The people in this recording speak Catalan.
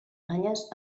banyes